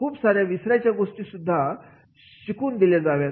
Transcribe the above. म्हणून खूप सार्या विसरायच्या गोष्टींची सुद्धा शिकवणूक दिली जावी